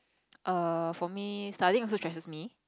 err for me studying also stresses me